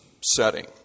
setting